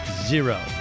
zero